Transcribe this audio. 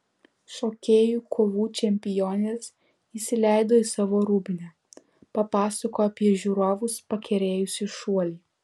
šokėjų kovų čempionės įsileido į savo rūbinę papasakojo apie žiūrovus pakerėjusį šuolį